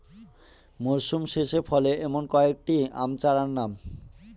মরশুম শেষে ফলে এমন কয়েক টি আম চারার নাম?